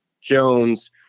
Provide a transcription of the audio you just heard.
Jones